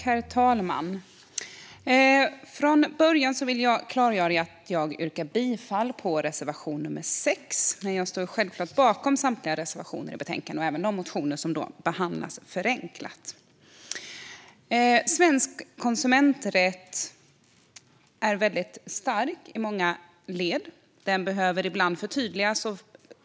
Herr talman! Jag yrkar bifall till reservation nr 6. Men jag står självklart bakom samtliga av våra reservationer i betänkandet. Detsamma gäller de motioner som behandlas förenklat. Svensk konsumenträtt är väldigt stark i många led, men den behöver ibland förtydligas.